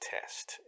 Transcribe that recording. test